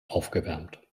aufgewärmt